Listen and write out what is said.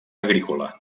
agrícola